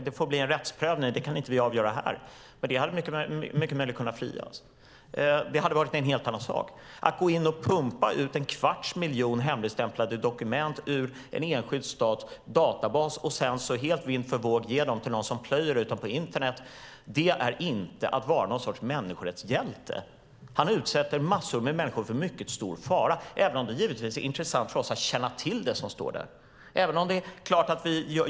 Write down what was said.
Det kan inte vi avgöra här, men det hade mycket möjligt kunnat frias. Det hade varit en helt annan sak. Att gå in och pumpa ut en kvarts miljon hemligstämplade dokument ur en enskild stats databas och sedan helt vind för våg ge dem till någon som plöjer ut dem på internet är inte att vara någon sorts människorättshjälte. Han utsätter massor av människor för mycket stor fara - även om det givetvis är intressant för oss att känna till det som står där.